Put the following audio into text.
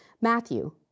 Matthew